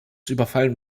überfallen